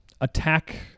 attack